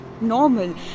normal